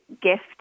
gift